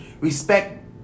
respect